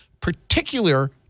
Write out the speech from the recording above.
particular